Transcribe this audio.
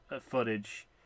footage